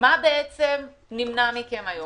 מה בעצם נמנע מכם היום?